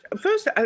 First